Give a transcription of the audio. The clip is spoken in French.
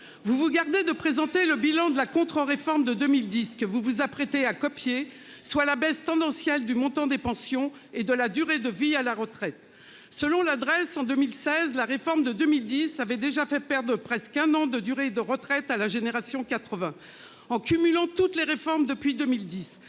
Vous vous gardez de présenter le bilan de la contre-, réforme de 2000 disques, vous vous apprêtez à copier soit la baisse tendancielle du montant des pensions et de la durée de vie à la retraite selon l'adresse en 2016 la réforme de 2010 avaient déjà fait presque un an de durée de retraite à la génération 80 en cumulant toutes les réformes depuis 2010